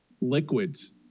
liquids